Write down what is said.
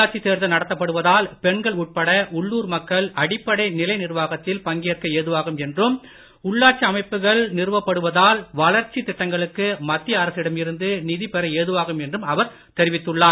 உள்ளாட்சி தேர்தல் நடத்தப்படுவதால் பெண்கள் உட்பட உள்ளுர் மக்கள் அடிப்படை நிலை நிர்வாகத்தில் பங்கேற்க ஏதுவாகும் என்றும் உள்ளாட்சி அமைப்புகள் நிறுவப்படுவதால் வளர்ச்சி திட்டங்களுக்கு மத்திய அரசிடம் இருந்து நிதி பெற ஏதுவாகும் என்றும் அவர் தெரிவித்துள்ளார்